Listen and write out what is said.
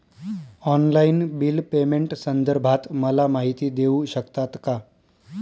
Online bill पेमेंटसंदर्भात मला माहिती देऊ शकतात का?